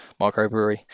microbrewery